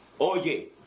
Oye